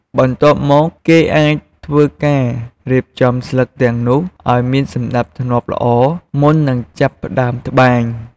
បន្ទាប់មក គេអាចធ្វើការរៀបចំស្លឹកទាំងនោះឲ្យមានសណ្តាប់ធ្នាប់ល្អ មុននឹងចាប់ផ្តើមត្បាញ។